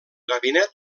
gabinet